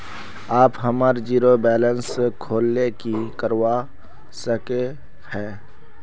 आप हमार zero balance खोल ले की करवा सके है?